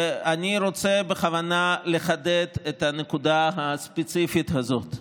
ואני רוצה בכוונה לחדד את הנקודה הספציפית הזאת: